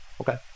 Okay